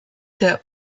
der